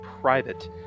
private